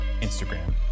Instagram